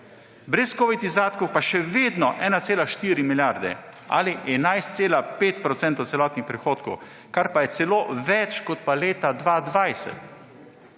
Brez covid izdatkov pa še vedno 1,4 milijarde ali 11,5 % celotnih prihodkov, kar pa je celo več kot leta 2020.